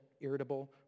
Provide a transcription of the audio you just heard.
irritable